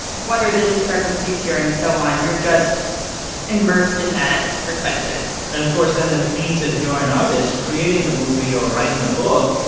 what are the discrepancies here, and so on? you're just immersed in that perspective and, of course, then that means that if you're an artist creating a movie or writing a book,